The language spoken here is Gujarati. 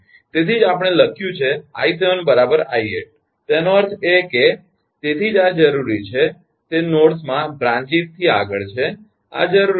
તેથી જ આપણે લખ્યું છે 𝐼7 𝑖8 તેનો અર્થ એ છે કે તેથી જ આ જરૂરી છે તે નોડ્સ બ્રાંચીસ થી આગળ છે આ જરૂરી છે